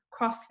crossfit